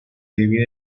divide